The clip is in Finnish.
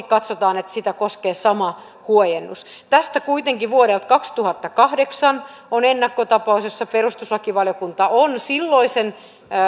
katsotaan että sitä koskee sama huojennus tästä kuitenkin vuodelta kaksituhattakahdeksan on ennakkotapaus jossa perustuslakivaliokunta on silloisen